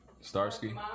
Starsky